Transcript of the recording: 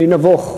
אני נבוך,